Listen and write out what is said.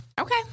Okay